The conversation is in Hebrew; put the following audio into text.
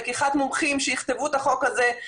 לקיחת מומחים שיכתבו את החוק הזה,